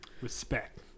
Respect